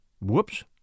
Whoops